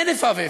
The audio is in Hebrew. אין איפה ואיפה.